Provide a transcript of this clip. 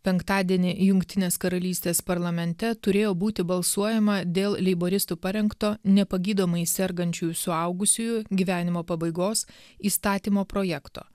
penktadienį jungtinės karalystės parlamente turėjo būti balsuojama dėl leiboristų parengto nepagydomai sergančiųjų suaugusiųjų gyvenimo pabaigos įstatymo projekto